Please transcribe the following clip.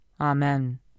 Amen